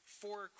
four